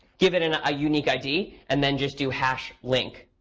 give it and a unique id and then just do hash link.